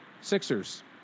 Sixers